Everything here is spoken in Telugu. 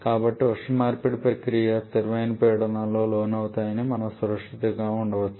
కాబట్టి ఉష్ణ మార్పిడి ప్రక్రియలు స్థిరమైన పీడనంకి లోనవుతాయని మనము సురక్షితంగా ఊహించవచ్చు